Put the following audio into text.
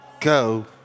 go